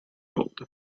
bold